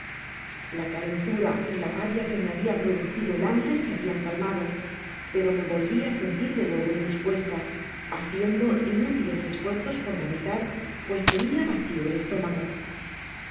la calentura y la rabia que me habia producido el hambre se habian calmado pero me volvi á sentir de nuevo indispuesta haciendo inútiles esfuerzos para vomitar pues tenia vacio el estómago